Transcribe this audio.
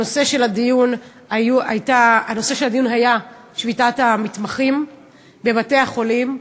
נושא הדיון היה שביתת המתמחים בבתי-החולים.